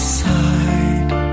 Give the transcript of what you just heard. side